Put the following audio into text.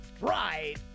right